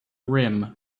rim